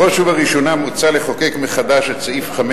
בראש ובראשונה מוצע לחוקק מחדש את סעיף 5